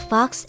Fox